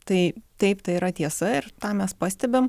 tai taip tai yra tiesa ir tą mes pastebim